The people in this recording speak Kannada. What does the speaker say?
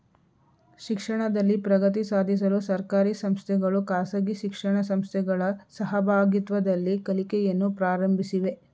ಶಿಕ್ಷಣದಲ್ಲಿ ಪ್ರಗತಿ ಸಾಧಿಸಲು ಸರ್ಕಾರಿ ಸಂಸ್ಥೆಗಳು ಖಾಸಗಿ ಶಿಕ್ಷಣ ಸಂಸ್ಥೆಗಳ ಸಹಭಾಗಿತ್ವದಲ್ಲಿ ಕಲಿಕೆಯನ್ನು ಪ್ರಾರಂಭಿಸಿವೆ